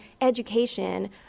education